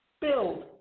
build